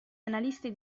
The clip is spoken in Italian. analisti